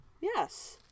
Yes